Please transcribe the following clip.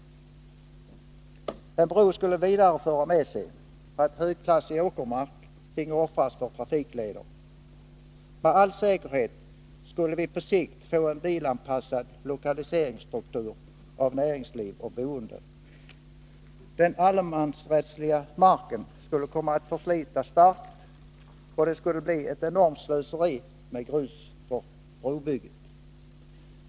En bro skulle vidare föra med sig att högklassig åkermark finge offras för trafikleder. Med all säkerhet skulle näringsliv och boende på sikt få en bilanpassad lokaliseringsstruktur. Den mark som omfattas av allemansrätten skulle komma att förslitas starkt, och det skulle bli ett enormt slöseri med grus för brobygget.